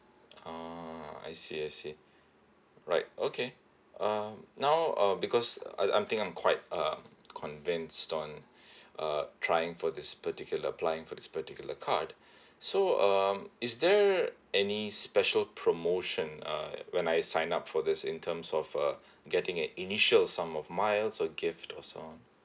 ah I see I see right okay um now uh because I think I'm quite uh convinced on uh trying for this particular applying for this particular card so um is there any special promotion uh when I sign up for this in terms of uh getting an initial sum of miles or gift or so on